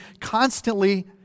constantly